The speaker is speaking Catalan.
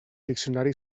diccionari